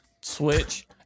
Switch